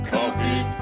Coffee